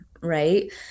right